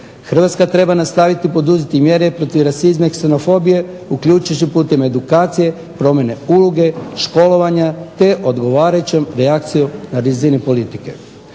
Hrvatska treba nastaviti poduzimati mjere protiv rasizma i ksenofobije uključujući putem edukacije, promjene uloge, školovanja te odgovarajućom reakcijom na razini politike.